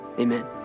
amen